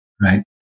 right